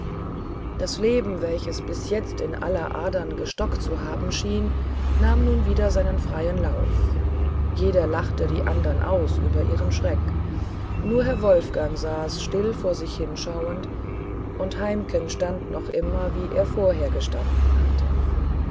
das leben welches bis jetzt in aller adern gestockt zu haben schien nahm nun wieder einen freien lauf jeder lachte die andern aus über ihren schreck nur herr wolfgang saß still vor sich hin schauend und heimken stand noch immer wie er vorher gestanden hatte